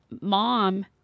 mom